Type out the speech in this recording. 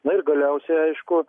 na ir galiausiai aišku